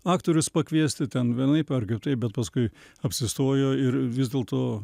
aktorius pakviesti ten vienaip ar kitaip bet paskui apsistojo ir vis dėlto